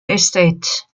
estate